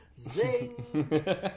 zing